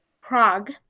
Prague